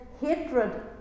hatred